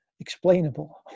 explainable